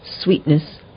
sweetness